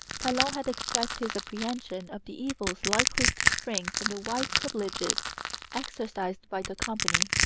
talon had expressed his apprehension of the evils likely to spring from the wide privileges exercised by the company.